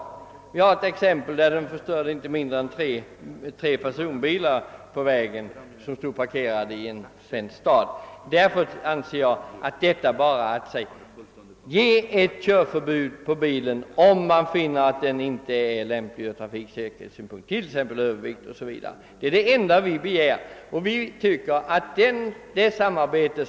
I ett fall förekom en sådan lastförskjutning med det resultatet att inte mindre än tre personbilar som stod parkerade i en av våra städer förstördes. Jag anser att körförbud skall utfärdas för en bil om man finner att den inte är lämplig ur trafiksäkerhetssynpunkt, t.ex. därför att den är överlastad. Det är också det enda vi begär.